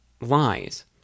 lies